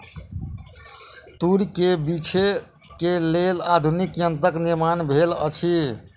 तूर के बीछै के लेल आधुनिक यंत्रक निर्माण भेल अछि